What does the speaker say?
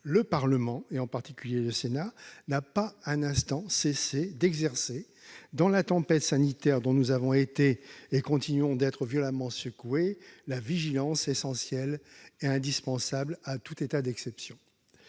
le Parlement, en particulier le Sénat, n'a pas un instant cessé d'exercer, dans la tempête sanitaire qui nous secoue violemment, la vigilance essentielle et indispensable à tout état d'exception.